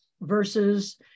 versus